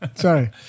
Sorry